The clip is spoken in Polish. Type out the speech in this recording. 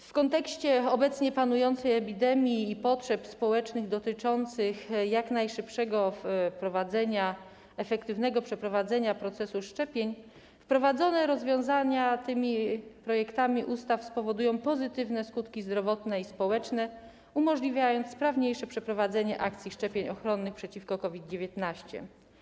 W kontekście obecnie panującej epidemii i potrzeb społecznych dotyczących jak najszybszego, efektywnego przeprowadzenia procesu szczepień rozwiązania wprowadzone dzięki tym projektom ustaw spowodują pozytywne skutki zdrowotne i społeczne, umożliwiając sprawniejsze przeprowadzenie akcji szczepień ochronnych przeciwko COVID-19.